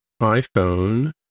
iPhone